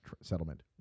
settlement